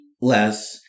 less